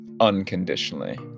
unconditionally